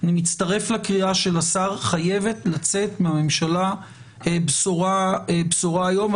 אני מצטרף לקריאה של השר: חייבת לצאת מהממשלה בשורה היום.